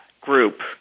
group